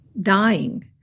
dying